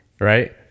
Right